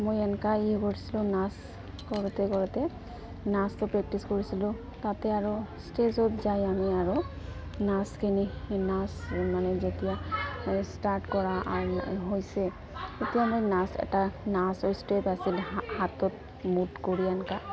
মই এনকাই কৰিছিলোঁ নাচ কৰোঁতে কৰোঁতে নাচটো প্ৰেক্টিচ কৰিছিলোঁ তাতে আৰু ষ্টেজত যাই আমি আৰু নাচখিনি নাচ মানে যেতিয়া এই ষ্টাৰ্ট কৰা আৰু হৈছে তেতিয়া মই নাচ এটা নাচৰ ষ্টেপ আছিল হাতত মুঠ কৰি এনকা